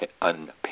unpaid